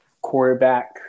quarterback